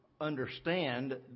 understand